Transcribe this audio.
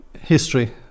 history